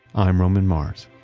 i'm roman mars.